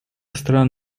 стран